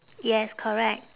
yes correct